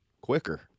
quicker